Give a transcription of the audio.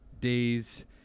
Days